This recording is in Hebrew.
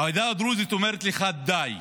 העדה הדרוזית אומרת לך: די,